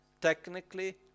Technically